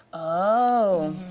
oh.